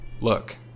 Look